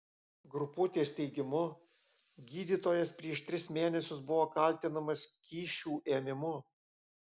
grupuotės teigimu gydytojas prieš tris mėnesius buvo kaltinamas kyšių ėmimu